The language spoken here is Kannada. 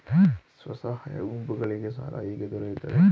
ಸ್ವಸಹಾಯ ಗುಂಪುಗಳಿಗೆ ಸಾಲ ಹೇಗೆ ದೊರೆಯುತ್ತದೆ?